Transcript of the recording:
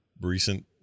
recent